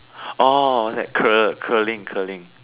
orh that curl~ curling curling